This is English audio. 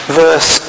verse